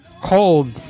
Cold